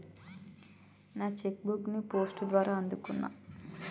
నా cheque book ని post ద్వారా అందుకున్నా